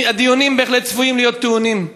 הדיונים בהחלט צפויים להיות טעונים.